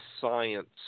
science